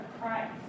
Christ